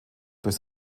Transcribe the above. durch